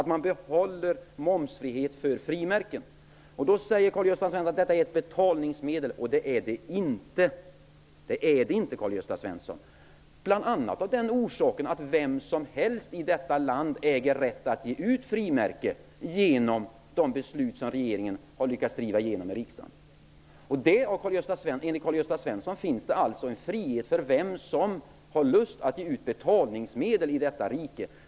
Man behåller momsfrihet för frimärken. Karl-Gösta Svenson säger att frimärken är ett betalningsmedel. Det är det inte, bl.a. av den orsaken att vem som helst i detta land äger rätt att ge ut frimärken till följd av de beslut som regeringen har lyckats driva igenom i riksdagen. Enligt Karl-Gösta Svenson finns det alltså en frihet för vem som helst som har lust att ge ut betalningsmedel i detta rike.